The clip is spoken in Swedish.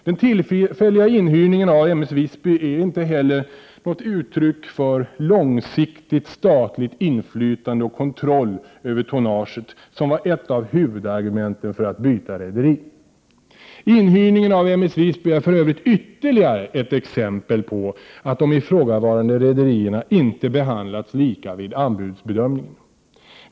Den tillfälliga inhyrningen av M S Visby är för övrigt ytterligare ett exempel på att de ifrågavarande rederierna inte behandlats lika vid anbudsbedömningen.